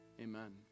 Amen